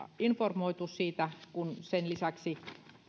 informoitu siitä kun sen lisäksi